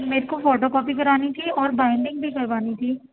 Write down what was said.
میرے کو photocopy کرانی تھی اور بائنڈنگ بھی کروانی تھی